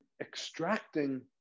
extracting